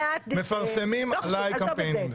מפרסמים עליי קמפיינים.